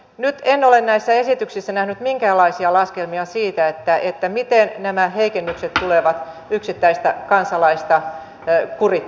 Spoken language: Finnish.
nyt en ole näissä esityksissä nähnyt minkäänlaisia laskelmia siitä miten nämä heikennykset tulevat yksittäistä kansalaista kurittamaan